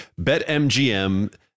BetMGM